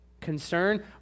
concern